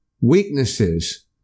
weaknesses